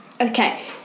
Okay